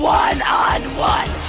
one-on-one